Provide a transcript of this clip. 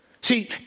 See